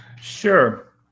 Sure